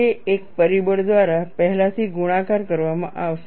તે એક પરિબળ દ્વારા પહેલાથી ગુણાકાર કરવામાં આવશે